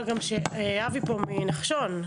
אני רואה גם שאבי מנחשון פה.